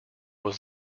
was